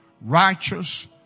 righteous